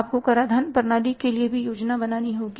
आपको करा धान प्रणाली के लिए भी योजना बनानी होगी